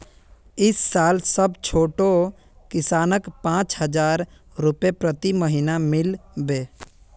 इस साल सब छोटो किसानक पांच हजार रुपए प्रति महीना मिल बे